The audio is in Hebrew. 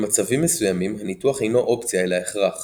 במצבים מסוימים הניתוח אינו אופציה אלא הכרח